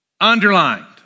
underlined